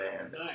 band